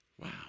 Wow